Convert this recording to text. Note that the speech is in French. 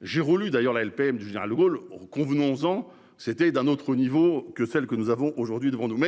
J'ai voulu d'ailleurs la LPM du général De Gaulle, convenons-en, c'était d'un autre niveau que celle que nous avons aujourd'hui devant nous